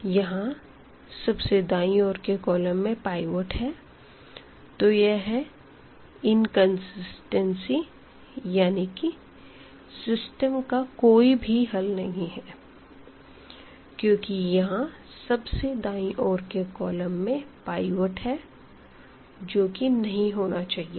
यहाँ सबसे दायीं ओर के कॉलम में पाइवट है तो यह है इनकंसिस्टेंसी यानि कि सिस्टम का कोई भी हल नहीं है क्योंकि यहां सबसे दायीं ओर के कॉलम में पाइवट है जो कि नहीं होना चाहिए था